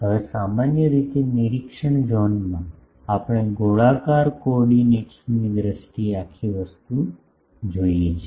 હવે સામાન્ય રીતે નિરીક્ષણ ઝોનમાં આપણે ગોળાકાર કોઓર્ડિનેટ્સની દ્રષ્ટિએ આખી વસ્તુ જોઈએ છે